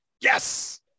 yes